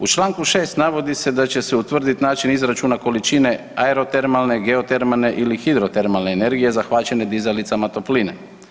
U čl. 6. navodi se da će se utvrditi način izračuna količine aerotermalne, geotermalne ili hidrotermalne energije zahvaćene dizalicama topline.